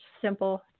simple